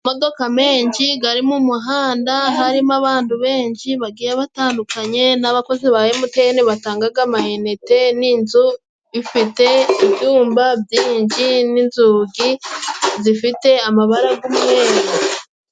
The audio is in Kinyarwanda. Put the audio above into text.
Amodoka menshi gari mu muhanda harimo abandu benshi bagiye batandukanye n'abakozi ba emuteni batangaga amainite n'inzu ifite ibyumba byinshi n'inzugi zifite amabara g'umweru.